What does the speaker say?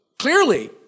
Clearly